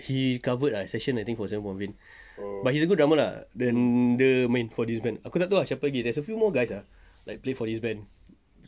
he covered ah session I think for sound province but he's a good drummer lah then dia main for this band aku tak tahu siapa lagi a few more guys ah like play for his band